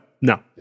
no